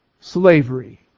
slavery